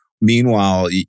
Meanwhile